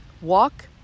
walk